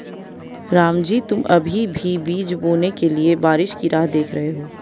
रामजी तुम अभी भी बीज बोने के लिए बारिश की राह देख रहे हो?